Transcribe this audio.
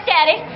Daddy